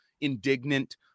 indignant